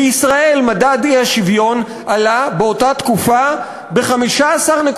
בישראל מדד האי-שוויון עלה באותה תקופה ב-15.3%.